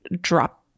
drop